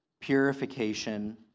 purification